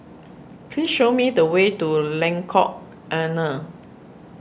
please show me the way to Lengkok Enam